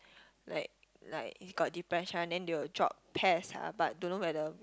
like like if got depression then they will drop Pes ah but don't know whether